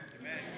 Amen